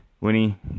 Winnie